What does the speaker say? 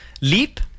Leap